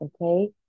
okay